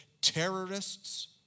terrorists